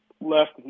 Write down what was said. left